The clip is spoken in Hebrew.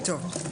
טוב,